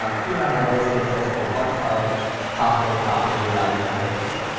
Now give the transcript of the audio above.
um here i have listed just a bunch of possible property and value combinations,